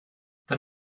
the